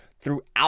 throughout